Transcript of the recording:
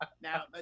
Now